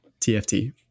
tft